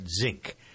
zinc